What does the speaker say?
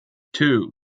two